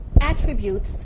attributes